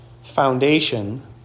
foundation